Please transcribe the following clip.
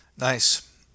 Nice